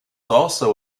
also